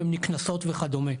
הן נקנסות וכדומה,